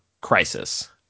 crisis